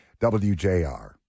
WJR